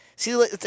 See